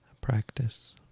practice